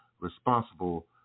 responsible